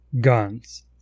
guns